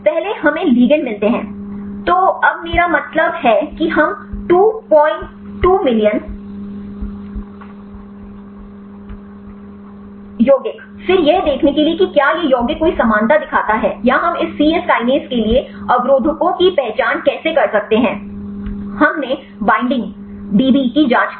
पहले हमें लिगेंड मिलते हैं तो अब मेरा मतलब है कि हम 22 मिलियन यौगिक फिर यह देखने के लिए कि क्या यह यौगिक कोई समानता दिखाता है या हम इस सी यस कीनेस के लिए अवरोधकों की पहचान कैसे कर सकते हैं हमने बाइंडिंग DB की जांच की